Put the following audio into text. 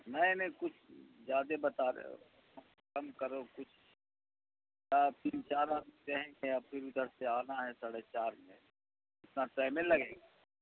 نہیں نہیں کچھ زیادہ بتا رہے ہو کم کرو کچھ ہاں تین چار آدمی رہیں گے اور پھر ادھر سے آنا ہے ساڑھے چار میں اتنا ٹائم نہیں لگے گا